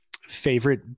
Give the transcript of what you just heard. favorite